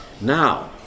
Now